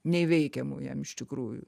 neįveikiamų jam iš tikrųjų